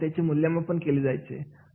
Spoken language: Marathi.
हे पाहून त्यांचे मूल्यमापन केले जायचे